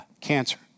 cancer